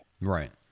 Right